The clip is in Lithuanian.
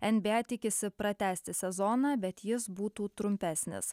nba tikisi pratęsti sezoną bet jis būtų trumpesnis